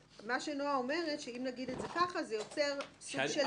נועה אומרת שאם נגיד את זה כך זה יוצר סוג של דירוג.